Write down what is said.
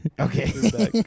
Okay